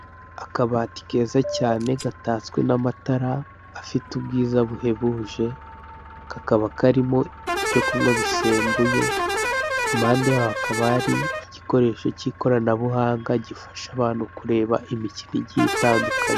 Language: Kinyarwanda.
Akabati keza cyane, gatatswe n'amatara afite ubwiza buhebuje, kakaba karimo ibyo kunywa bisembuye, impande yaho hakaba hari igikoresho cy'ikoranabuhanga, gifasha abantu kureba imikino igiye itandukanye.